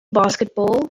basketball